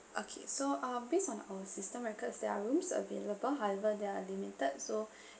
okay so uh based on our system records there are rooms available however they are limited so